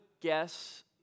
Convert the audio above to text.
guess